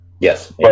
Yes